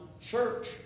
church